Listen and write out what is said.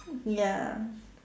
ya